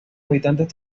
habitantes